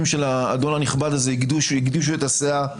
של האדון הנכבד הזה גדשו את הסאה,